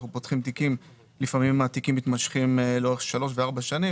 אנחנו פותחים תיקים ולפעמים התיקים מתמשכים לאורך שלוש וארבע שנים,